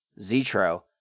Zetro